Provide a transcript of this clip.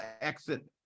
exit